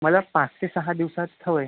मला पाच ते सहा दिवसांत हवंय